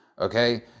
Okay